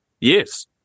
Yes